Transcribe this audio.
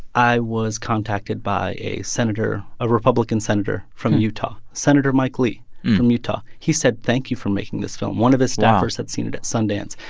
i was contacted by a senator a republican senator from utah senator mike lee from utah. he said thank you for making this film. one of his staffers. wow. had seen it at sundance.